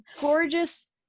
gorgeous